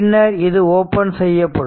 பின்னர் இது ஓபன் செய்யப்படும்